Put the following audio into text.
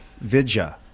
Vidya